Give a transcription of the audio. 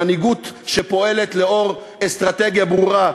מנהיגות שפועלת לאור אסטרטגיה ברורה,